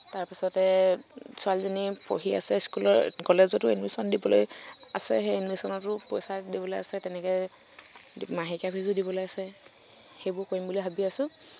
তাৰপিছতে ছোৱালীজনী পঢ়ি আছে স্কুলত কলেজতো এডমিশ্যন দিবলৈ আছে সেই এডমিশ্যনতো পইচা দিবলৈ আছে তেনেকৈ মাহেকীয়া ফিছো দিবলৈ আছে সেইবোৰ কৰিম বুলি ভাবি আছো